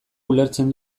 ulertzen